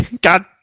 God